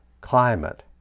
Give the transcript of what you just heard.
climate